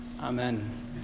Amen